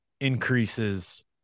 increases